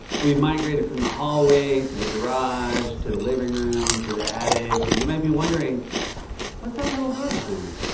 we've migrated from the hallway to the garage to the living room to the attic. and you may be wondering what's that little door behind me?